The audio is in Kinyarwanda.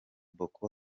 boko